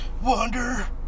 wonder